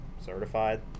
certified